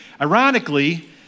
Ironically